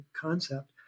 concept